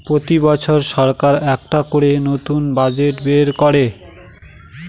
প্রতি বছর সরকার একটা করে নতুন বাজেট বের করে